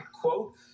Quote